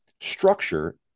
structure